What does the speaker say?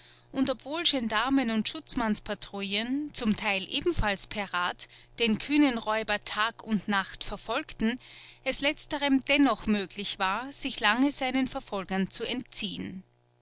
und obwohl gendarmen und schutzmannspatrouillen zum teil ebenfalls per rad den kühnen räuber tag und nacht verfolgten es letzterem dennoch möglich war sich lange seinen verfolgern zu entziehen